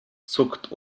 zuckt